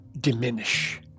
diminish